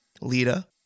Lita